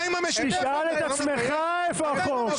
תשאל את עצמך איפה החוק.